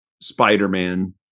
Spider-Man